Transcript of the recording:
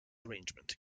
arrangement